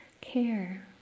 care